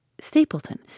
Stapleton